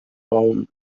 baum